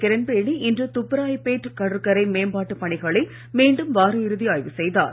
கிரண்பேடி இன்று துப்ராயப்பேட் கடற்கரை மேம்பாட்டுப் பணிகளை மீண்டும் வார இறுதி ஆய்வு செய்தார்